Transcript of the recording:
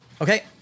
Okay